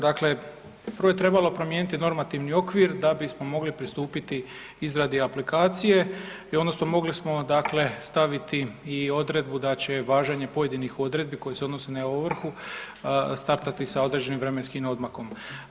Dakle, prvo je trebalo promijeniti normativni okvir da bismo mogli pristupiti izradi aplikacije i odnosno mogli smo dakle staviti i odredbu da će važenje pojedinih odredbi koje se odnose na ovrhu startati sa određenim vremenskim odmakom.